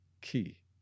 key